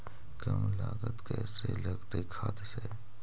कम लागत कैसे लगतय खाद से?